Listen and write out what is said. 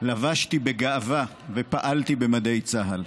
לבשתי בגאווה ופעלתי במדי צה"ל.